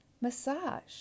massage